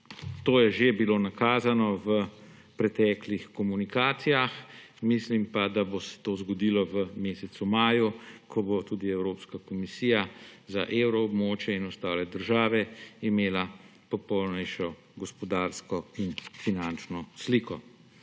To je že bilo nakazano v preteklih komunikacijah, mislim pa, da se bo to zgodilo v mesecu maju, ko bo tudi Evropska komisija za evroobmočje in ostale države imela popolnejšo gospodarsko in finančno sliko.